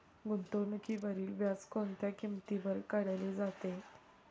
गुंतवणुकीवरील व्याज कोणत्या किमतीवर काढले जाते?